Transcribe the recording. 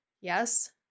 Yes